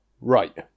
right